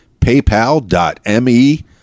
paypal.me